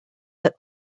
that